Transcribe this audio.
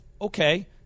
Okay